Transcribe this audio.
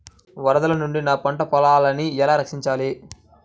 వరదల నుండి నా పంట పొలాలని ఎలా రక్షించాలి?